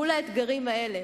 מול האתגרים האלה,